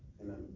Amen